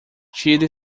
tire